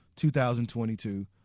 2022